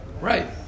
Right